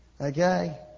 Okay